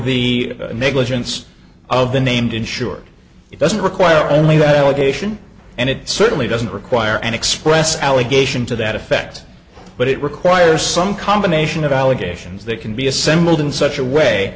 the negligence of the named insured it doesn't require only that allegation and it certainly doesn't require an expressed allegation to that effect but it requires some combination of allegations that can be assembled in such a way